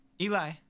Eli